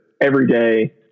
everyday